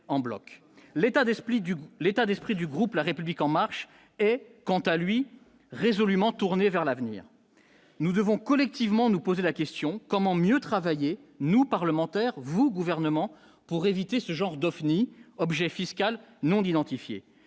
du l'état d'esprit du groupe, la République en marche est quant à lui, résolument en tournée vers l'avenir, nous devons collectivement nous poser la question : comment mieux travailler, nous parlementaires vous gouvernement pour éviter ce genre d'OFNI, objet fiscal non d'identifier,